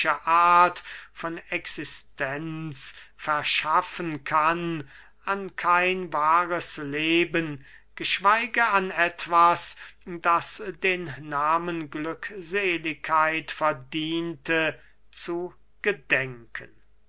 von existenz verschaffen kann an kein wahres leben geschweige an etwas das den nahmen glückseligkeit verdiente zu gedenken